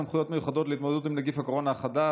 מיוחדות להתמודדות עם נגיף הקורונה החדש